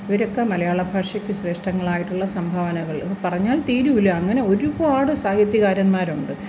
ഇവരൊക്കെ മലയാളഭാഷയ്ക്ക് ശ്രേഷ്ഠങ്ങളായിട്ടുള്ള സംഭാവനകള് പറഞ്ഞാൽ തീരൂല്ല അങ്ങനെ ഒരുപാട് സാഹിത്യകാരന്മാരുണ്ട്